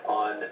on